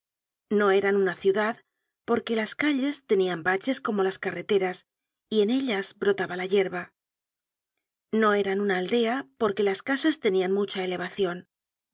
no eran una ciudad porque las calles tenian baches como las carreteras y en ellas brotaba la yerba no eran una aldea porque las casas tenian mucha elevacion